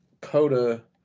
Coda